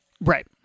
Right